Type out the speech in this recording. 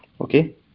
Okay